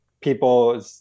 people